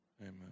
Amen